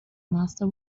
master